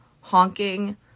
honking